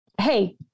Hey